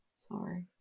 sorry